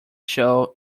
show